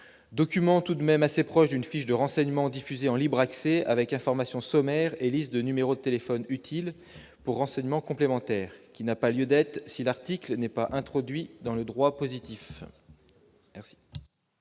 document tout de même assez proche d'une fiche de renseignements diffusée en libre accès avec informations sommaires et listes de numéros de téléphone utiles pour renseignements complémentaires qui n'a pas lieu d'être, si l'article n'aient pas introduit dans le droit positif.